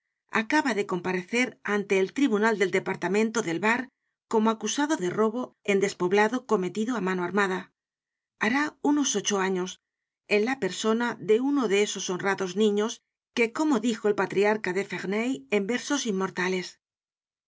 acaba de comparecer ante el tribunal del departamento del var como acusado de robo en despoblado cometido á mano armada hará unos ocho años en la persona de uno de esos honrados niños que como dijo el patriarca de ferney en versos inmortales